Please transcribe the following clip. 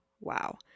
wow